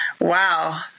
wow